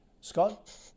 scott